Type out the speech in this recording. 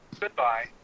Goodbye